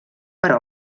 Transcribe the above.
per